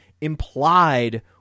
implied